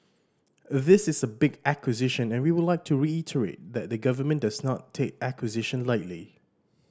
this is a big acquisition and we would like to reiterate that the government does not take acquisition lightly